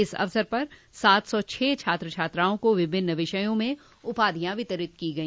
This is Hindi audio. इस अवसर पर सात सौ छह छात्र छात्राओं को विभिन्न विषयों में उपाधियां वितरित की गई